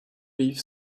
beef